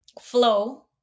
Flow